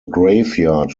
graveyard